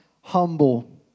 humble